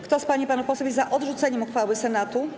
Kto z pań i panów posłów jest za odrzuceniem uchwały Senatu?